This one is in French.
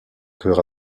cœur